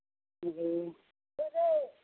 जी